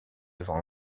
devant